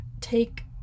take